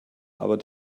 aber